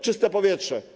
Czyste powietrze”